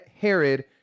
Herod